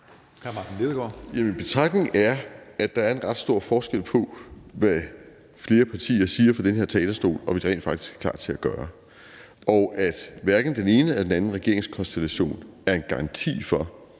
Hr. Martin Lidegaard.